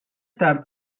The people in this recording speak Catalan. tard